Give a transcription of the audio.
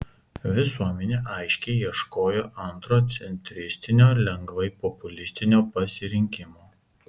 visuomenė aiškiai ieškojo antro centristinio lengvai populistinio pasirinkimo